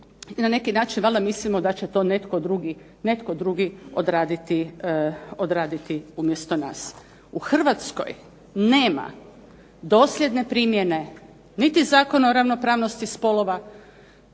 i na neki način mislimo da će to netko drugi odraditi umjesto nas. U Hrvatskoj nema dosljedne primjene niti Zakona o ravnopravnosti spolova,